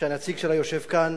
שהנציג שלה יושב כאן,